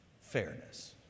fairness